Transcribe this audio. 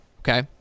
okay